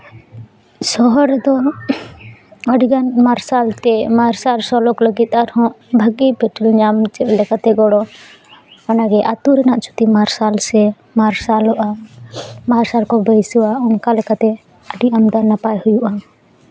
ᱥᱚᱦᱚᱨ ᱨᱮᱫᱚ ᱟᱹᱰᱤᱜᱟᱱ ᱢᱟᱨᱥᱟᱞ ᱛᱮ ᱥᱟᱨᱥᱟᱞ ᱥᱚᱞᱚᱠ ᱞᱟᱹᱜᱤᱫ ᱟᱨᱦᱚᱸ ᱵᱷᱟᱜᱮ ᱧᱟᱢ ᱢᱩᱪᱟᱹᱫ ᱞᱮᱠᱟᱛᱮ ᱜᱚᱲᱚ ᱚᱱᱟᱨᱮ ᱟᱛᱳ ᱨᱮᱱᱟᱜ ᱡᱩᱫᱤ ᱢᱟᱨᱥᱟᱞ ᱥᱮ ᱢᱟᱨᱥᱟᱞᱚᱜᱼᱟ ᱢᱟᱨᱥᱟᱞ ᱠᱚ ᱵᱟᱹᱭᱥᱟᱹᱣᱟ ᱚᱱᱠᱟ ᱞᱮᱠᱟᱛᱮ ᱟᱹᱰᱤ ᱟᱢᱫᱟ ᱱᱟᱯᱟᱭ ᱦᱩᱭᱩᱜᱼᱟ